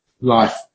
life